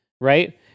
Right